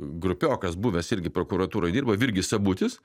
grupiokas buvęs irgi prokuratūroje dirba virgis sabutis